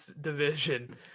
Division